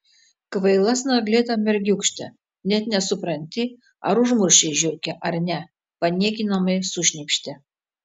kvaila snarglėta mergiūkšte net nesupranti ar užmušei žiurkę ar ne paniekinamai sušnypštė